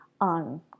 on